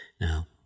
Now